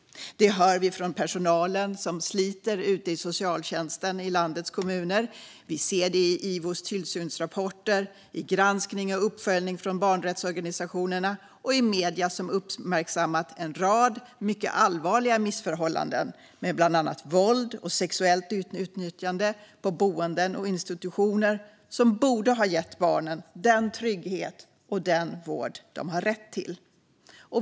Detta hör vi från personal som sliter i socialtjänsten ute i landets kommuner. Vi ser det i Ivos tillsynsrapporter, i granskning och uppföljning från barnrättsorganisationer och i medier, som uppmärksammat en rad mycket allvarliga missförhållanden med bland annat våld och sexuellt utnyttjande på boenden och institutioner som borde ha gett barnen den trygghet och den vård de har rätt till.